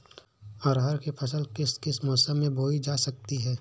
अरहर की फसल किस किस मौसम में बोई जा सकती है?